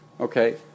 Okay